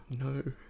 No